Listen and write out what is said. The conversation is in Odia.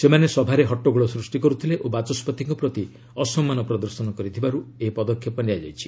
ସେମାନେ ସଭାରେ ହଟ୍ଟଗୋଳ ସୃଷ୍ଟି କରୁଥିଲେ ଓ ବାଚସ୍କତିଙ୍କ ପ୍ରତି ଅସମ୍ମାନ ପ୍ରଦର୍ଶନ କରିଥିବାରୁ ଏହି ପଦକ୍ଷେପ ନିଆଯାଇଛି